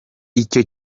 icyo